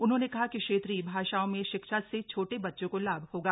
उन्होंने कहा कि क्षेत्रीय भाषाओं में शिक्षा से छोटे बच्चों को लाभ होगा